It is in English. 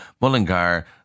Mullingar